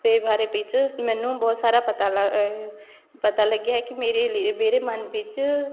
ਦੇ ਬਾਰੇ ਵਿੱਚ ਮੈਨੂੰ ਬਹੁਤ ਸਾਰਾ ਪਤਾ ਲ ਪਤਾ ਲੱਗਿਆ ਕਿ ਮੇਰੇ ਲਿ ਮਨ ਵਿੱਚ